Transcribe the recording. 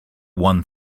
one